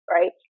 Right